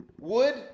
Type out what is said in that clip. Wood